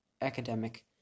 academic